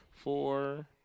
Four